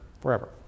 forever